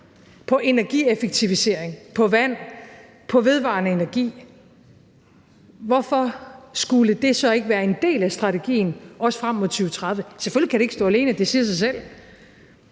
på energieffektivisering, på vand, på vedvarende energi, hvorfor skulle det så ikke være en del af strategien også frem mod 2030? Selvfølgelig kan det ikke stå alene – det siger sig selv